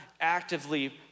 actively